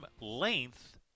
length